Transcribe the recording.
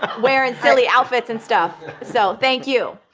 ah wearin' silly outfits and stuff, so thank you.